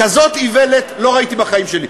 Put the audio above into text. כזאת איוולת לא ראיתי בחיים שלי.